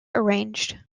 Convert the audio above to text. arranged